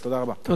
תודה.